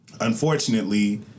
Unfortunately